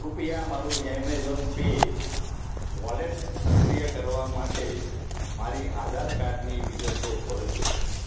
કૃપયા મારું Amazon pay wallet સક્રિય કરવા માટે મારી આધારકાર્ડની વિગતો ભરજો